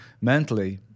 mentally